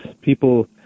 people